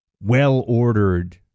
well-ordered